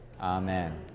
Amen